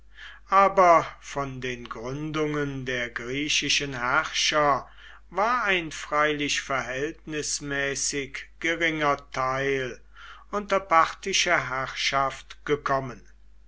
aber von den gründungen der griechischen herrscher war ein freilich verhältnismäßig geringer teil unter parthische herrschaft gekommen